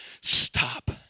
stop